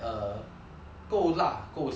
够辣够咸够脆